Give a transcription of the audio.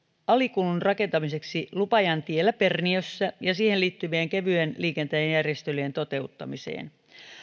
alikulun rakentamiseksi lupajantiellä perniössä ja siihen liittyvien kevyen liikenteen järjestelyjen toteuttamiseen